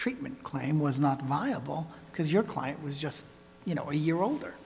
treatment claim was not viable because your client was just you know a year older